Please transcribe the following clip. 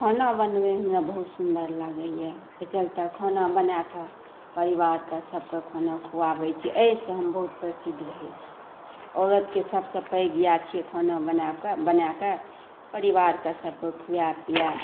खाना बनबैमे हमरा बहुत सुन्दर लागैए ओहिकेँ चलते खाना बना परिवारके सभके खाना खुआबै छी एहिसँ हम बहुत प्रसिद्ध रहै छी औरतके सभसँ पैघ इएह छी खाना बनाए कऽ परिवारके सभके खुआ पिआ